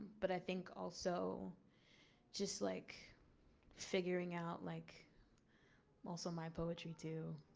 but i think also just like figuring out like also my poetry too.